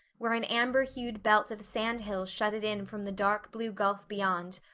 where an amber-hued belt of sand-hills shut it in from the dark blue gulf beyond,